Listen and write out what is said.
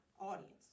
audience